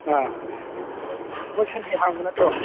ꯑꯥ ꯃꯣꯏ ꯁꯟꯗꯦ ꯍꯥꯡꯕ ꯅꯠꯇꯔꯣ